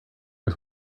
was